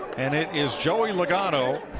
and it is joey la gone know,